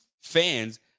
fans